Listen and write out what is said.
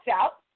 out